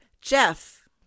jeff